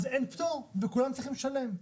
אז אין פטור וכולם צריכים לשלם,